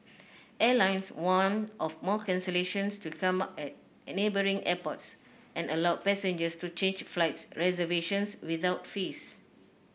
airlines warned of more cancellations to come at at neighbouring airports and allowed passengers to change flight reservations without fees